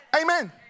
Amen